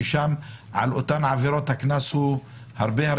שם על אותן עבירות הקנס נמוך בהרבה.